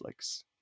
Netflix